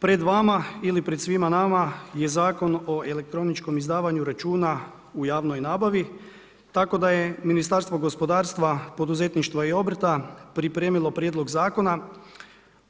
Pred vama ili pred svima nama je Zakon o elektroničkom izdavanju računa u javnoj nabavi tako da je Ministarstvo gospodarstva, poduzetništva i obrta pripremilo prijedlog Zakona